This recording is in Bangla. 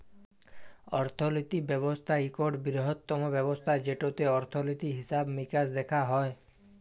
অর্থলিতি ব্যবস্থা ইকট বিরহত্তম ব্যবস্থা যেটতে অর্থলিতি, হিসাব মিকাস দ্যাখা হয়